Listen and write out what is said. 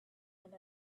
and